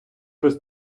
без